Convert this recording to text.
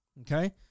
Okay